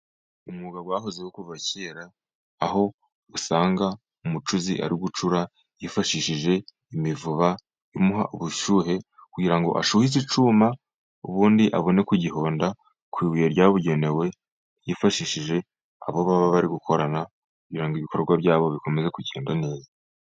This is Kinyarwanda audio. Umwuga wahozeho kuva kera, aho usanga umucuzi ari gucura yifashishije imivuba imuha ubushyuhe, kugira ngo ashyushye iki cyuma, ubundi abone kugihonda ku ibuye ryabugenewe, yifashishije abo baba bari gukorana, kugira ngo ibikorwa byabo bikomeze kugenda neza.